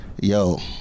Yo